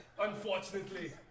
unfortunately